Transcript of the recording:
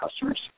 customers